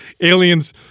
aliens –